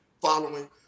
following